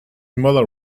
mother